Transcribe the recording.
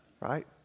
right